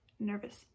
Nervous